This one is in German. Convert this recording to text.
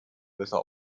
besser